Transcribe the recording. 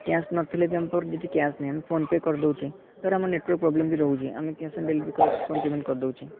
cash ନଥିଲେ ବି ଆମ ପାଖରେ ଯଦି କ୍ୟାସ୍ ନାହିଁ ଆମେ ଫୋନ ପେ କରିଦେଉଛେ ଧର ଆମ ନେଟୱାର୍କ ପ୍ରୋବଲେମ୍ ବି ରହୁଛି ଆମେ cash on delivery phone payment କରି ଦେଉଛେ